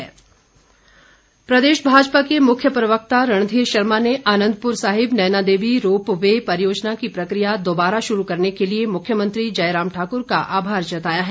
रणघीर प्रदेश भाजपा के मुख्य प्रवक्ता रणधीर शर्मा ने आनंदपुर साहिब नैना देवी रोप वे परियोजना की प्रकिया दोबारा शुरू करने के लिए मुख्यमंत्री जयराम ठाकुर का आमार जताया है